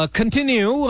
continue